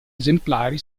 esemplari